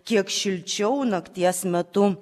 kiek šilčiau nakties metu